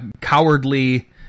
cowardly